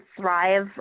thrive